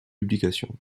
publications